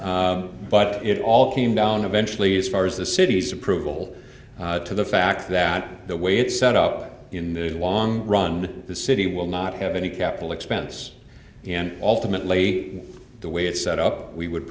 but it all came down eventually as far as the city's approval to the fact that the way it's set up in the long run the city will not have any capital expense and alternately the way it's set up we would